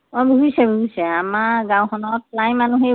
অঁ মিলিছে মিলিছে আমাৰ গাওঁখনত প্ৰায় মানুহেই